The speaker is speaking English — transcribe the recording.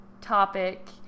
topic